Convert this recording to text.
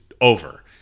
over –